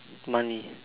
money